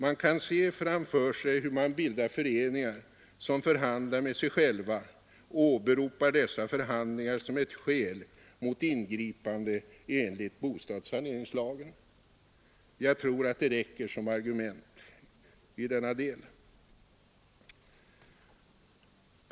Man kan se framför sig hur föreningar bildas som förhandlar med sig själva och åberopar dessa förhandlingar som ett skäl mot ingripanden enligt bostadssaneringslagen. Jag tror att det räcker som argument i denna del.